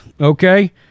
Okay